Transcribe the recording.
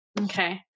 Okay